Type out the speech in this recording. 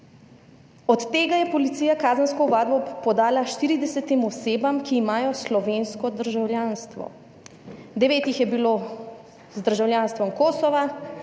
Od tega je policija kazensko ovadbo podala 40 osebam, ki imajo slovensko državljanstvo, 9 jih je bilo z državljanstvom Kosova,